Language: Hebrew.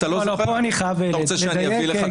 פה אני חייב לדייק,